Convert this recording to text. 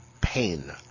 pain